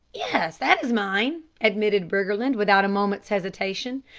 yes, that is mine, admitted briggerland without a moment's hesitation.